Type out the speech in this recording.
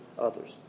others